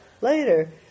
later